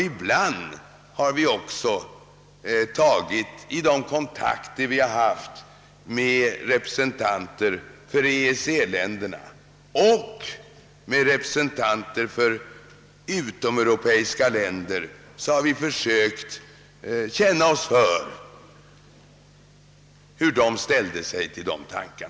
Ibland har vi också vid de kontakter vi haft med representanter för EFTA-länderna och utomeuropeiska länder försökt känna oss för hur de ställer sig till dessa tankar.